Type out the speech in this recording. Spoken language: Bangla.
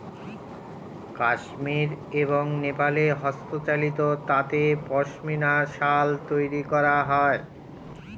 কাশ্মির এবং নেপালে হস্তচালিত তাঁতে পশমিনা শাল তৈরী করা হয়